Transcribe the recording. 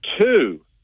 two